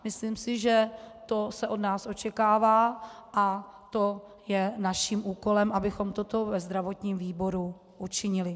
Myslím si, že to se od nás očekává, a je naším úkolem, abychom toto ve zdravotním výboru učinili.